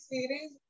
Series